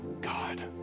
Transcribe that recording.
God